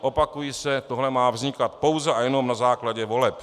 Opakuji se tohle má vznikat pouze a jenom na základě voleb.